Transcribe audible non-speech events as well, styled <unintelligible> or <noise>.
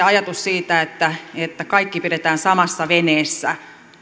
<unintelligible> ajatus siitä että että kaikki pidetään samassa veneessä